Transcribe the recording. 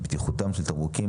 בטיחותם של תמרוקים,